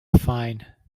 fine